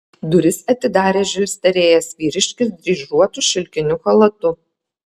duris atidarė žilstelėjęs vyriškis dryžuotu šilkiniu chalatu